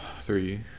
three